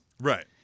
Right